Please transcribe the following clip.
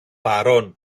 παρών